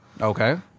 Okay